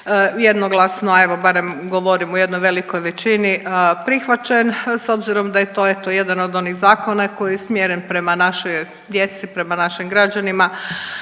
jednoglasno, a evo, barem govorim o jednoj velikoj većini, prihvaćen s obzirom da je to, eto, jedan od onih zakona koji je usmjeren prema našoj djeci, prema našim građanima